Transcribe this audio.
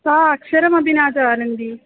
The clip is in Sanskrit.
सः अक्षरमपि न जानाति